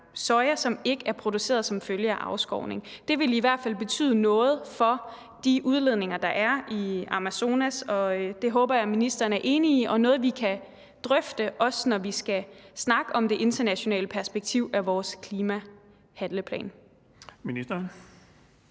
som ikke er produceret som følge af afskovning. Det vil i hvert fald betyde noget for de udledninger, der er i Amazonas. Det håber jeg ministeren er enig i, og at det er noget, vi kan drøfte, også når vi skal snakke om det internationale perspektiv i vores klimahandlingsplan.